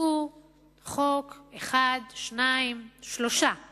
מצאו חוק אחד, שניים או שלושה גג,